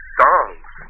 songs